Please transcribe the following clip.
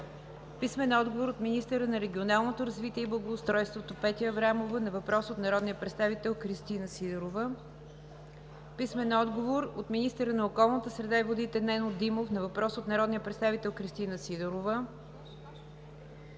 Сидорова; - министъра на регионалното развитие и благоустройството Петя Аврамова на въпрос от народния представител Кристина Сидорова; - министъра на околната среда и водите Нено Димов на въпрос от народния представител Кристина Сидорова;